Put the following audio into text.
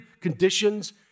conditions